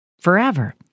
forever